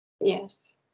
Yes